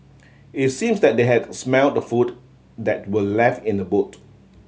it seemed that they had smelt the food that were left in the boot